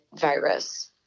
virus